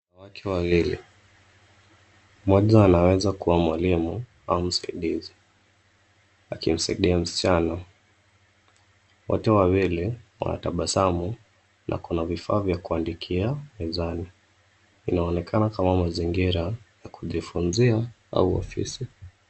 Wanawake wawili, mmoja anaweza kuwa mwalimu au msaidizi, akimsaidia msichana. Wote wawili wanatabasamu na kuna vifaa vya kuandikia mezani. Inaonekana kama mazingira ya kujifunzia au ofisi.